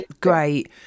great